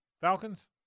Falcons